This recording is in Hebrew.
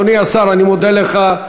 אדוני השר, אני מודה לך.